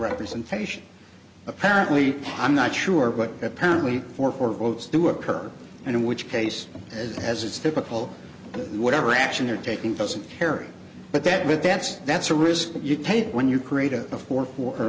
representation apparently i'm not sure but apparently for four votes to occur and in which case as it's typical whatever action you're taking doesn't care but that but that's that's a risk you take when you create a fourth quarter